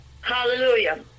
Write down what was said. Hallelujah